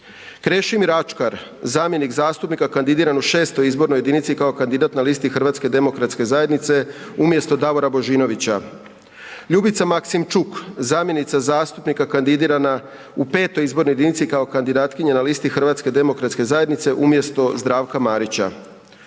Krešimir Ačkar, zamjenik zastupnika kandidiranog u 6. izbornoj jedinici kao kandidat na listi Hrvatske demokratske zajednice, HDZ umjesto Davora Božinovića; Ljubica Maksimčuk, zamjenica zastupnika kandidirana u 5. izbornoj jedinici kao kandidatkinja na listi Hrvatske demokratske zajednice, HDZ umjesto Zdravka Marića,